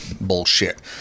bullshit